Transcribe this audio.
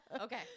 Okay